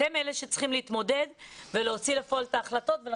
אתם במשרדים אלה שצריכים להוציא לפועל את ההחלטות ולהתמודד,